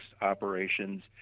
operations